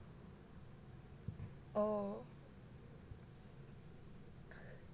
oh